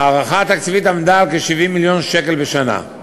ההערכה התקציבית עמדה על כ-70 מיליון שקל בשנה.